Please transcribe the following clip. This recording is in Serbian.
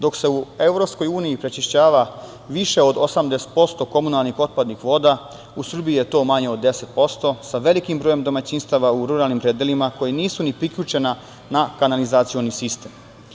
Dok se u EU prečišćava više od 18% komunalnih otpadnih voda, u Srbiji je to manje od 10% sa velikim brojem domaćinstava u ruralnim predelima koja nisu ni priključena na kanalizacioni sistem.